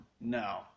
no